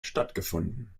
stattgefunden